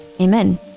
Amen